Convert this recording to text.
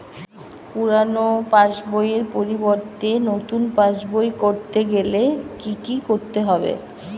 পুরানো পাশবইয়ের পরিবর্তে নতুন পাশবই ক রতে গেলে কি কি করতে হবে?